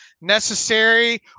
necessary